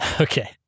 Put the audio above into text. Okay